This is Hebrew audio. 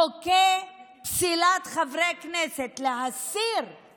חוקי פסילת חברי כנסת, להסיר את